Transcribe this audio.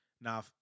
Now